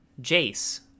Jace